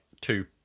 two